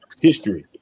history